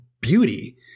beauty